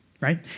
right